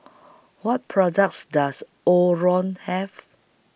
What products Does Omron Have